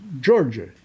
Georgia